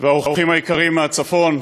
והאורחים היקרים מהצפון,